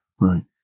Right